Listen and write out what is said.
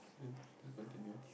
let let continue